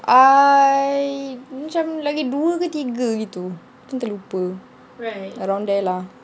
I macam lagi dua ke tiga gitu I pun terlupa around there lah